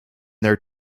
their